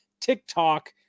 TikTok